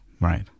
Right